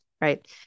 Right